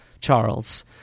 Charles